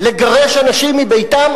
לגרש אנשים מביתם,